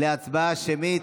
להצבעה שמית.